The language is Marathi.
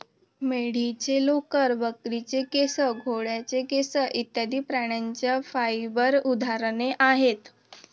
मेंढीचे लोकर, बकरीचे केस, घोड्याचे केस इत्यादि प्राण्यांच्या फाइबर उदाहरणे आहेत